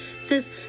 says